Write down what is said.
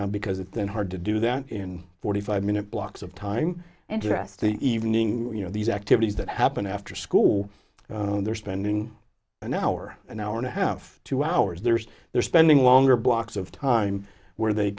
because it then hard to do that in forty five minute blocks of time and dress the evening you know these activities that happen after school they're spending an hour an hour and a half two hours there is they're spending longer blocks of time where they